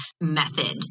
method